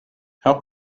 how